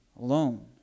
alone